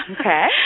Okay